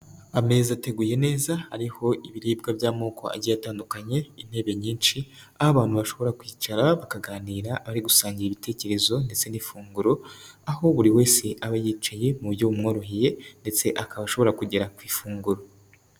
Ameza ateguye neza ariho ibiribwa by'amoko agiye atandukanye, intebe nyinshi aho abantu bashobora kwicara bakaganira bari gusangira ibitekerezo ndetse n'ifunguro, aho buri wese aba yicaye mu buryo bumworoheye ndetse akaba ashobora kugera ku ifunguro.